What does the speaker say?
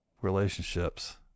relationships